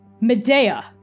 Medea